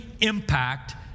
impact